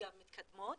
ומתקדמות